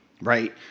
Right